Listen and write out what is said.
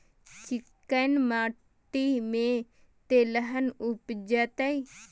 चिक्कैन माटी में तेलहन उपजतै?